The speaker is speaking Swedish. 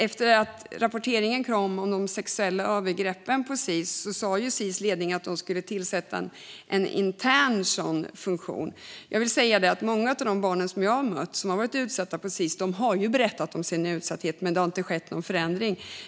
Efter det att rapporteringen kom om de sexuella övergreppen på Sis sa ledningen att de skulle tillsätta en intern sådan funktion. Många av de barn jag har mött som har blivit utsatta på Sis har berättat om sin utsatthet, men det har inte skett någon förändring.